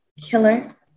killer